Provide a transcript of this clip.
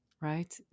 right